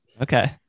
okay